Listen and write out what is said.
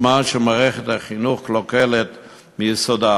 בזמן שמערכת החינוך קלוקלת מיסודה.